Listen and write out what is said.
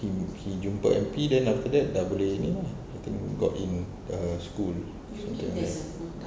he jumpa M_P then after that dah boleh ni lah I think got in err school something like that